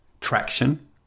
traction